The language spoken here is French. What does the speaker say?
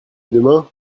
demain